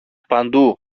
παντού